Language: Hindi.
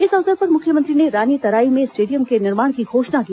इस अवसर पर मुख्यमंत्री ने रानीतराई में स्टेडियम के निर्माण की घोषणा की